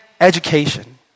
education